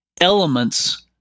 elements